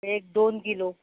एक दोन किलो